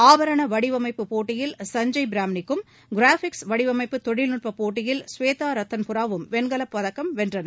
ஆபரண வடிவமைப்பு போட்டியில் சஞ்சய் பிரமானிக்கும் கிராபிக்ஸ் வடிவமைப்பு தொழில்நுட்பப் போட்டியில் ஸ்வேதா ரத்தன்புராவும் வெண்கல பதக்கம் வென்றனர்